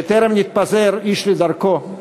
בטרם נתפזר איש לדרכו,